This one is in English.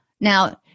Now